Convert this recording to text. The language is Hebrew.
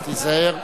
אז תיזהר.